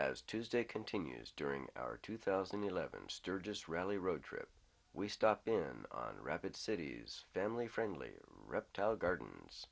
as tuesday continues during our two thousand and eleven sturgis rally road trip we stopped in on rapid city family friendly reptile gardens